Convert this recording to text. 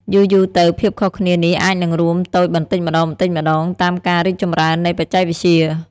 យូរៗទៅ ភាពខុសគ្នានេះអាចនឹងរួមតូចបន្តិចម្ដងៗតាមការរីកចម្រើននៃបច្ចេកវិទ្យា។